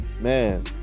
man